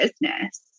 business